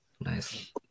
Nice